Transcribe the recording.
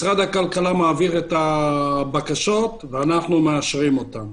משרד הכלכלה מעביר את הבקשות, ואנחנו מאשרים אותן.